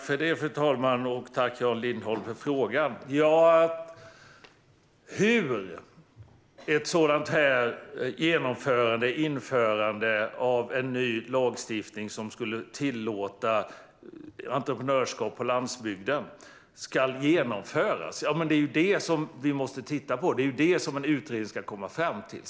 Fru talman! Tack, Jan Lindholm, för frågan! Hur ett genomförande och införande av en ny lagstiftning som skulle tillåta entreprenörskap på landsbygden ska gå till är just det som vi måste titta på. Det är det som en utredning ska komma fram till.